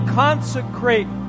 consecrate